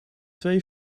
twee